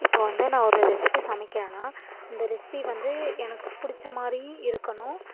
இப்போது வந்து நான் ஒரு ரெசிப்பி சமைக்கிறேன்னால் அந்த ரெசிப்பி வந்து எனக்கு பிடிச்ச மாதிரி இருக்கணும்